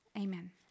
Amen